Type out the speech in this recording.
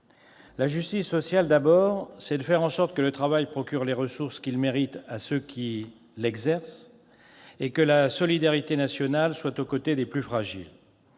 La justice sociale, d'abord : il s'agit de faire en sorte que le travail procure les ressources qu'ils méritent à ceux qui l'exercent et que la solidarité nationale soit aux côtés des plus fragiles.